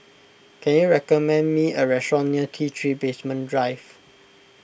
can you recommend me a restaurant near T three Basement Drive